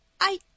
I